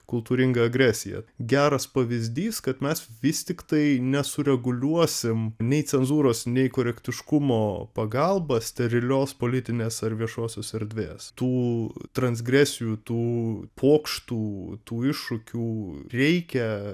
kultūringą agresiją geras pavyzdys kad mes vis tiktai nesureguliuosim nei cenzūros nei korektiškumo pagalba sterilios politinės ar viešosios erdvės tų transgresijų tų pokštų tų iššūkių reikia